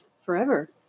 Forever